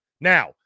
Now